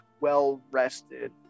well-rested